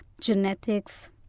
genetics